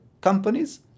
companies